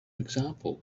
example